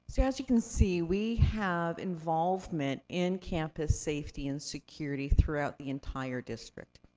so as you can see, we have involvement in campus safety and security throughout the entire district.